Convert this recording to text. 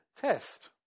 test